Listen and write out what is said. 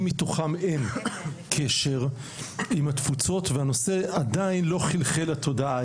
מתוכם אין קשר עם התפוצות והנושא עדיין לא חלחל לתודעה,